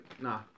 nah